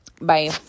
Bye